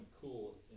cool